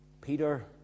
Peter